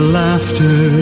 laughter